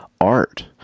art